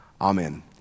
Amen